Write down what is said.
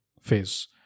phase